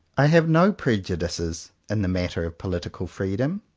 i have no prejudices in the matter of political freedom.